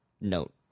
note